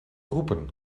roepen